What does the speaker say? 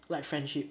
like friendship